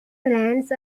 plans